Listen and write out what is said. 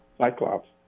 Cyclops